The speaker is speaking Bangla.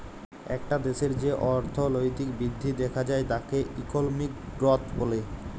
একটা দ্যাশের যে অর্থলৈতিক বৃদ্ধি দ্যাখা যায় তাকে ইকলমিক গ্রথ ব্যলে